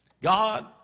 God